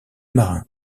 marin